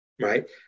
Right